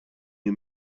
new